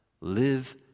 Live